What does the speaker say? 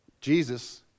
Jesus